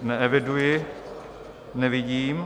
Neeviduji, nevidím.